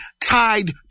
tied